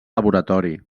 laboratori